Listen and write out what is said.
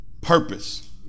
purpose